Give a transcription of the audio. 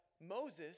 Moses